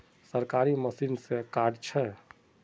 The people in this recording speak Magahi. सरकारी मशीन से कार्ड छै?